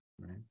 right